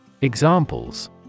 Examples